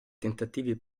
tentativi